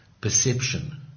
perception